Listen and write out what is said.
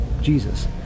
Jesus